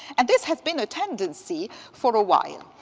and this has been a tendency for a while.